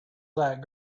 that